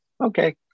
okay